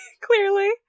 clearly